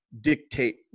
dictate